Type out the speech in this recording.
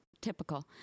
typical